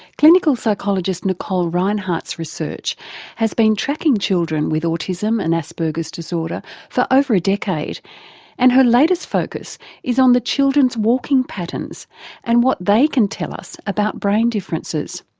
clinical psychologist nicole rinehart's research has been tracking children with autism and asperger's disorder for over a decade and her latest focus is on the children's walking patterns and what they can tell us about brain differences.